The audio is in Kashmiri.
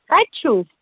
کَتہِ چھِو